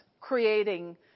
creating